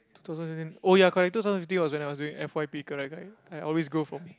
two thousand in oh ya correct two thousand fifteen was when I was doing F_Y_P correct correct I always go from